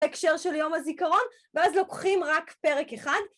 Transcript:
הקשר של יום הזיכרון, ואז לוקחים רק פרק אחד.